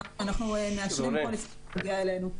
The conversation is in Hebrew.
שאנחנו מאשרים כל עסקה שמגיעה אלינו.